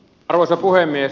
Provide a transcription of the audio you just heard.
arvoisa puhemies